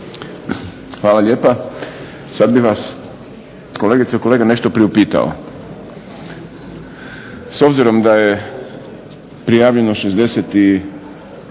Hvala lijepa. Sad bih vas kolegice i kolege nešto priupitao. S obzirom da je prijavljeno 68